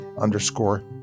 underscore